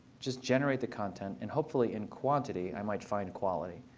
just generate the content. and hopefully in quantity i might find quality.